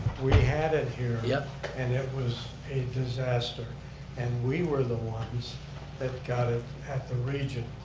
we had it here yeah and it was a disaster and we were the ones that got it at the region.